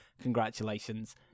congratulations